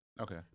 Okay